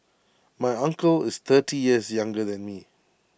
my uncle is thirty years younger than me